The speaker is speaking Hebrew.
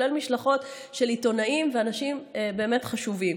כולל משלחות של עיתונאים ואנשים באמת חשובים.